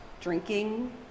drinking